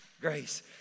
Grace